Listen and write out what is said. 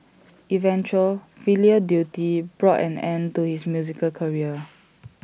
eventual filial duty brought an end to his musical career